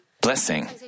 blessing